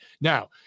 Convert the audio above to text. Now